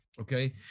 okay